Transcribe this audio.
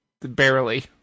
Barely